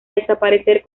desaparecer